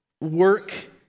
work